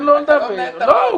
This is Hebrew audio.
לא,